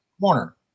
corner